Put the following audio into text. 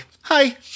Hi